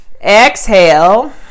exhale